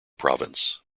province